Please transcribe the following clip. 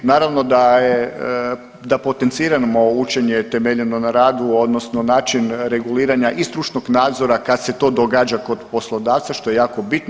Naravno da je, da potenciramo učenje temeljeno na radu odnosno način reguliranja i stručnog nadzora kad se to događa kod poslodavca što je jako bitno.